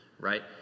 right